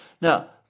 Now